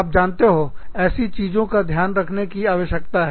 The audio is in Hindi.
आप जानते हो ऐसी चीजों का ध्यान रखने की आवश्यकता है